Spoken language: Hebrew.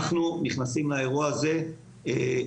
אנחנו נכנסים לאירוע הזה בתנועה,